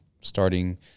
starting